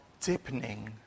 deepening